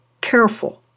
careful